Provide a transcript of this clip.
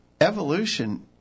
evolution